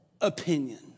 opinion